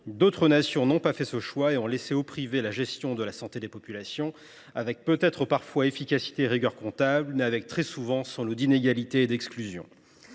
D’autres pays n’ont pas fait ce choix et ont laissé au privé la gestion de la santé des populations, source parfois d’efficacité et de rigueur comptable, très souvent d’un lot d’inégalités et d’exclusions.